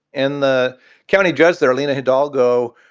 and the county judge there, aleena hidalgo,